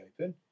open